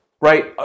right